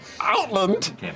outland